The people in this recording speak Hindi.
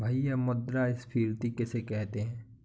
भैया मुद्रा स्फ़ीति किसे कहते हैं?